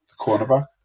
cornerback